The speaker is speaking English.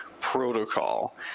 protocol